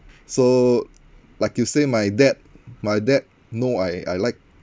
so like you say my dad my dad know I I like